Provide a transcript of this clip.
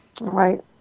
Right